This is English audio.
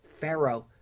Pharaoh